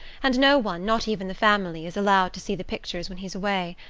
and no one not even the family is allowed to see the pictures when he's away.